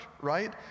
right